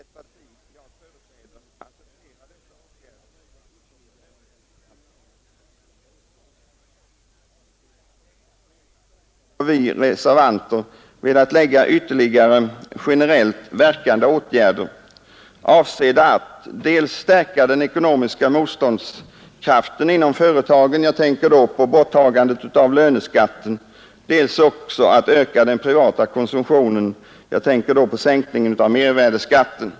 Men därutöver har vi reservanter velat sätta in ytterligare generellt verkande åtgärder avsedda att dels stärka den ekonomiska motståndskraften inom företagen — jag tänker då på borttagandet av löneskatten — dels att öka den privata konsumtionen — jag tänker då på sänkningen av mervärdeskatten.